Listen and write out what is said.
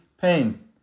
pain